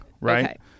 right